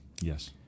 Yes